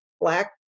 black